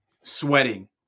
sweating